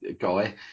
guy